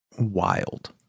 Wild